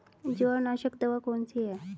जवार नाशक दवा कौन सी है?